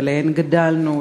שעליהן גדלנו,